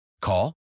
Call